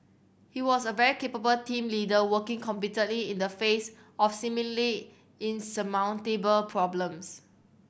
he was a very capable team leader working competently in the face of seemingly insurmountable problems